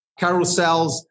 carousels